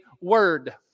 Word